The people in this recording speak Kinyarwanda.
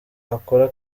akora